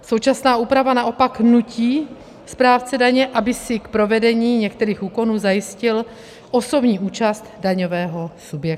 Současná úprava naopak nutí správce daně, aby si k provedení některých úkonů zajistil osobní účast daňového subjektu.